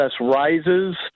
rises